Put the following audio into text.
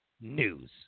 news